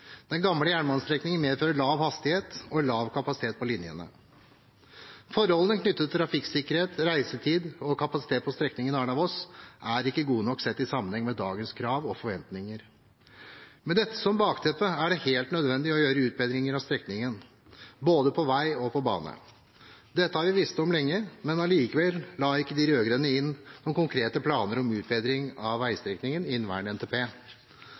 Den gamle jernbanestrekningen medfører lav hastighet og lav kapasitet på linjene. Forholdene knyttet til trafikksikkerhet, reisetid og kapasitet på strekningen Arna–Voss er ikke gode nok sett i sammenheng med dagens krav og forventninger. Med dette som bakteppe er det helt nødvendig å gjøre utbedringer av strekningen, både på vei og på bane. Dette har vi visst om lenge, men allikevel la ikke de rød-grønne inn noen konkrete planer om utbedring av veistrekningen i inneværende NTP.